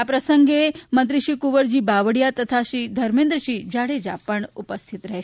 આ પ્રસંગે કાર્યક્રમમાં મંત્રીશ્રી કુંવરજી બાવળીયા તથા શ્રી ધર્મેન્દ્રસિંહ જાડેજા ઉપસ્થિત રહેશે